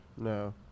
No